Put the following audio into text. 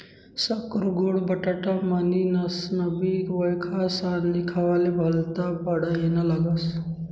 साकरु गोड बटाटा म्हनीनसनबी वयखास आणि खावाले भल्ता बडाईना लागस